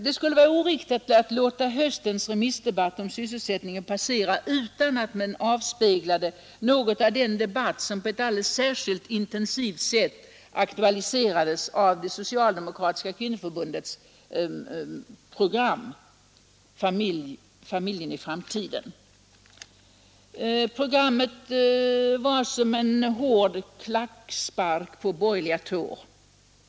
Det skulle vara oriktigt att låta höstens remissdebatt om sysselsättningen på sera utan att den fick avspegla något av en diskussion som på ett alldeles särskilt intensivt sätt aktualiserats av det socialdemokratiska kvinnoförbundets program ”Familjen i framtiden”. Programmet var som ett hårt tramp på borgerliga tår.